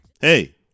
Hey